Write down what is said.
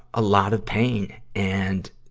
a lot of pain and,